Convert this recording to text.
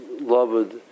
loved